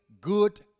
good